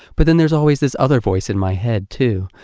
but then there's always this other voice in my head, too,